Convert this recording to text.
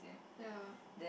ya